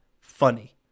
funny